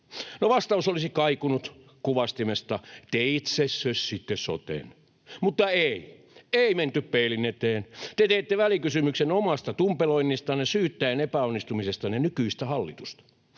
vastaus olisi kaikunut kuvastimesta: ”Te itse sössitte soten.” Mutta ei, ei menty peilin eteen. Te teitte välikysymyksen omasta tumpeloinnistanne syyttäen epäonnistumisestanne nykyistä hallitusta.